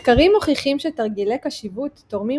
מחקרים מוכיחים שתרגילי קשיבות תורמים